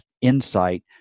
insight